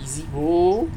easy bro